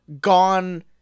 gone